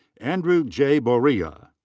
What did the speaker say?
andrew j. boria.